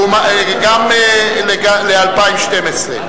גם ל-2012.